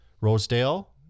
Rosedale